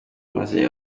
maze